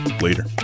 Later